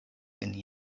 kvin